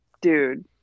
Dude